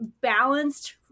balanced